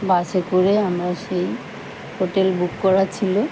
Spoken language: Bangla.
বাসে করে আমরা সেই হোটেল বুক করা ছিলো